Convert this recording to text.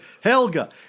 Helga